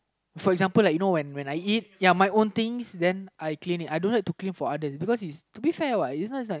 for example like you know when when I eat ya my own things then I clean it I don't like to clean it for others because is to be fair what you know it's like